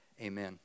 amen